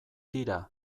tira